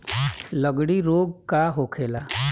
लगड़ी रोग का होखेला?